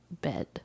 bed